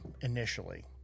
initially